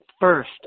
First